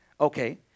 Okay